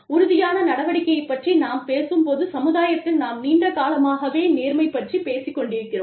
உறுதியான நடவடிக்கையைப் பற்றி நாம் நாம் பேசும்போது சமுதாயத்தில் நாம் நீண்ட காலமாகவே நேர்மை பற்றிப் பேசிக் கொண்டிருக்கிறோம்